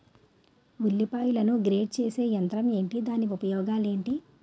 ఉల్లిపాయలను గ్రేడ్ చేసే యంత్రం ఏంటి? దాని ఉపయోగాలు ఏంటి?